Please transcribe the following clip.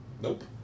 Nope